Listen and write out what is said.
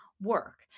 work